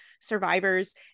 survivors